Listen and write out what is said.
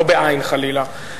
לא בעי"ן חלילה.